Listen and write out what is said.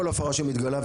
כל הפרה שמתגלה,